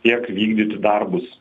tiek vykdyti darbus